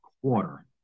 quarter